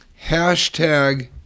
Hashtag